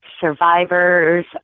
survivors